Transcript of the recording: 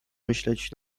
myśleć